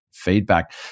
feedback